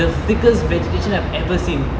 the thickest vegetation I've ever seen